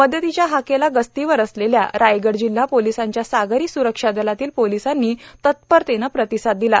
मदतीच्या हाकेला गस्तीवर असलेल्या रायगड जिल्हा पोलिसांच्या सागरी स्रक्षा दलातील पोलीसांनी तत्परतेने प्रतिसाद दिला